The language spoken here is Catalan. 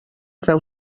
feu